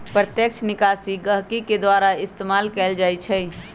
प्रत्यक्ष निकासी गहकी के द्वारा इस्तेमाल कएल जाई छई